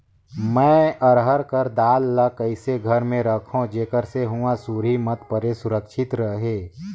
मैं अरहर कर दाल ला कइसे घर मे रखों जेकर से हुंआ सुरही मत परे सुरक्षित रहे?